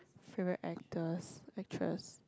favourite actors actress